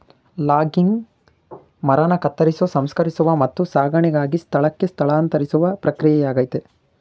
logging ಮರನ ಕತ್ತರಿಸೋ ಸಂಸ್ಕರಿಸುವ ಮತ್ತು ಸಾಗಣೆಗಾಗಿ ಸ್ಥಳಕ್ಕೆ ಸ್ಥಳಾಂತರಿಸುವ ಪ್ರಕ್ರಿಯೆಯಾಗಯ್ತೆ